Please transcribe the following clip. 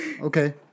okay